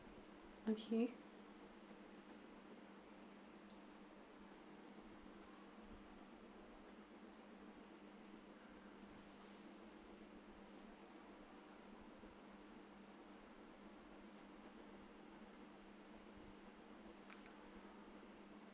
okay